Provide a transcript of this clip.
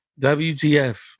WTF